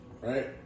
Right